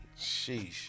Sheesh